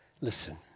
Listen